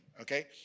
okay